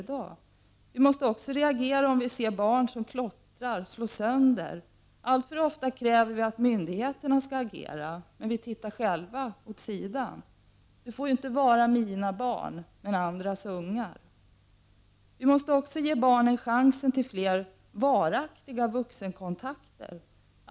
Vi måste även reagera om vi ser barn som klottrar eller slår sönder. Alltför ofta kräver vi att myndigheterna skall agera medan vi själva tittar åt sidan. Det skall inte vara så att det är ”mina barn och andras ungar”. Vi måste också ge barnen chans till fler varaktiga vuxenkontakter.